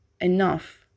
enough